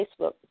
Facebook